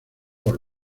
por